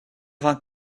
vingt